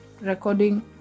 recording